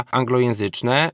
anglojęzyczne